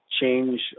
change